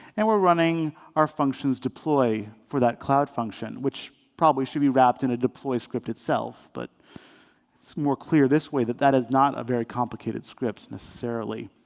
and we're running our functions deploy for that cloud function, which probably should be wrapped in a deploy script itself. but it's more clear this way that that is not a very complicated script, necessarily.